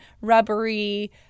rubbery